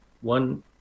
one